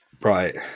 Right